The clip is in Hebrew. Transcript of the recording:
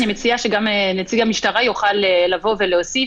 אני מציעה שנציג המשטרה יוכל לבוא ולהוסיף.